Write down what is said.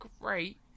great